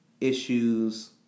issues